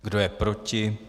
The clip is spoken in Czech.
Kdo je proti?